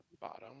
bottom